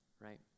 Right